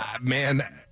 Man